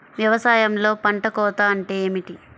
వ్యవసాయంలో పంట కోత అంటే ఏమిటి?